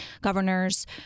governors